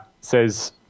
says